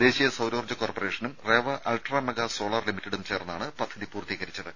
ദേശീയ സൌരോർജ്ജ കോർപ്പറേഷനും റേവ അൾട്രാ മെഗാ സോളാർ ലിമിറ്റഡും ചേർന്നാണ് പദ്ധതി പൂർത്തീകരിച്ചത്